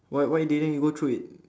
wh~ why didn't you go through it